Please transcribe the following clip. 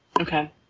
Okay